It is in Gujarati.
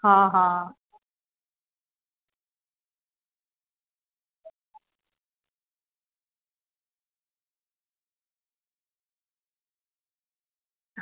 હ હ